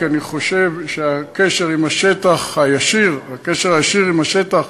כי אני חושב שהקשר הישיר עם השטח,